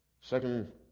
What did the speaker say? Second